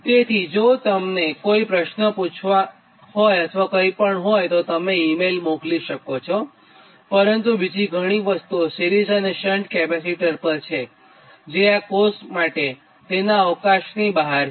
તેથી જો તમને કોઈ પ્રશ્નો અથવા કંઈપણ હોય છે તો તમે ઇ મેઇલ તરીકે મોકલી શકો છો પરંતુ બીજી ઘણી વસ્તુઓ સિરીઝ અને શંટ કેપેસિટર્સ પર છે જે આ કોર્સ માટે તે અવકાશની બહાર છે